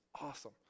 awesome